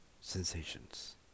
sensations